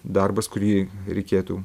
darbas kurį reikėtų